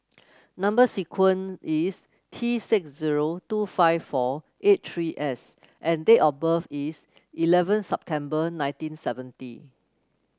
number sequence is T six zero two five four eight three S and date of birth is eleven September nineteen seventy